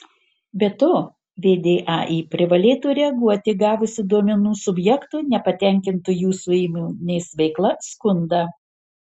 be to vdai privalėtų reaguoti gavusi duomenų subjekto nepatenkinto jūsų įmonės veikla skundą